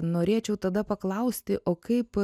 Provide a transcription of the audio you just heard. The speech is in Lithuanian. norėčiau tada paklausti o kaip